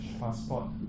passport